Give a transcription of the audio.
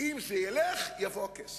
אם זה ילך, יבוא הכסף.